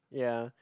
ya